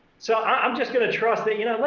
so i'm just going to trust you know,